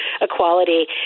equality